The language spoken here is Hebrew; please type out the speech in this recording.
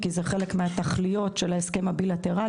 כי זה חלק מהתכליות של ההסכם הבילטרלי.